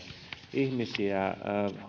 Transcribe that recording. ihmisiä